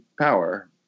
power